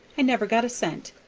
i never got a cent,